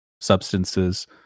substances